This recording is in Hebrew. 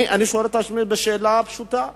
אני שואל את עצמי שאלה פשוטה.